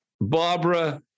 Barbara